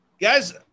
Guys